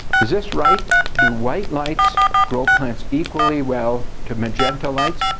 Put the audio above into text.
is this right? do white lights grow plants equally well to magenta lights?